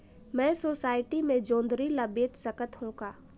मैं सोसायटी मे जोंदरी ला बेच सकत हो का?